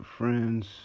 Friends